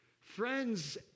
Friends